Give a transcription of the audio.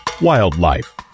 Wildlife